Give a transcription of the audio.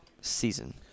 season